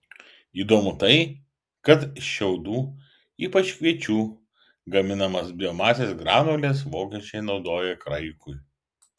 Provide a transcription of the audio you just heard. įdomu tai kad iš šiaudų ypač kviečių gaminamas biomasės granules vokiečiai naudoja kraikui